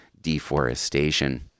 deforestation